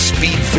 Speed